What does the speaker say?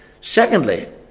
Secondly